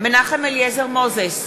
מנחם אליעזר מוזס,